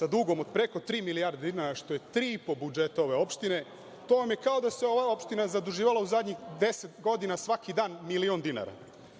sa dugom od preko tri milijarde dinara, što je 3,5 budžeta ove opštine. To vam je kao da se ova opština zaduživala u zadnjih 10 godina svaki dan milion dinara. Kako